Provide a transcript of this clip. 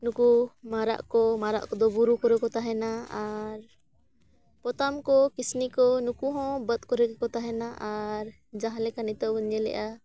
ᱱᱩᱠᱩ ᱢᱟᱨᱟᱜ ᱠᱚ ᱢᱟᱨᱟᱜ ᱠᱚᱫᱚ ᱵᱩᱨᱩ ᱠᱚᱨᱮ ᱠᱚ ᱛᱟᱦᱮᱱᱟ ᱟᱨ ᱯᱚᱛᱟᱢ ᱠᱚ ᱠᱤᱥᱱᱤ ᱠᱚ ᱱᱩᱠᱩ ᱦᱚᱸ ᱵᱟᱹᱫᱽ ᱠᱚᱨᱮ ᱜᱮᱠᱚ ᱛᱟᱦᱮᱱᱟ ᱟᱨ ᱡᱟᱦᱟᱸ ᱞᱮᱠᱟ ᱱᱤᱛᱚᱜ ᱵᱚᱱ ᱧᱮᱞᱮᱜᱼᱟ